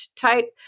type